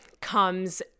comes